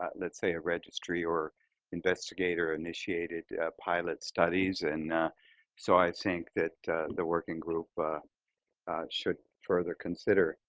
ah let's say, a registry or investigator-initiated pilot studies. and so i think that the working group should further consider